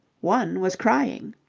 one was crying.